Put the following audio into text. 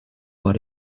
what